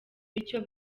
bityo